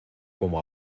como